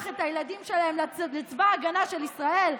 את הילדים שלהן לצבא ההגנה של ישראל?